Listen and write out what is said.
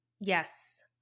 Yes